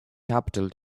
capital